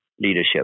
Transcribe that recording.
leadership